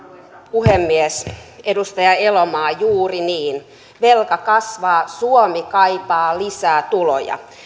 puhemies edustaja elomaa juuri niin velka kasvaa suomi kaipaa lisää tuloja